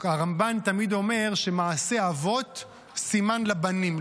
הרמב"ן תמיד אומר שמעשה אבות סימן לבנים,